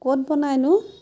ক'ত বনাইনো